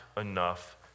enough